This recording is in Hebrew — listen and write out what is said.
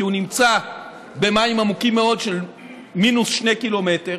כי הוא נמצא במים עמוקים מאוד של מינוס שני קילומטרים,